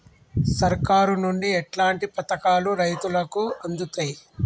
సర్కారు నుండి ఎట్లాంటి పథకాలు రైతులకి అందుతయ్?